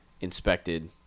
inspected